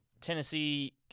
Tennessee